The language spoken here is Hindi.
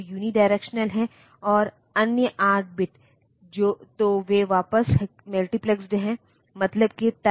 तो यह वास्तव में बोर्ड पर अन्य घटकों को प्रोसेसर का क्लॉक सिग्नल दे रहा है